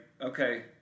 Okay